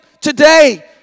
Today